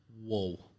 Whoa